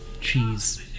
cheese